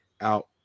out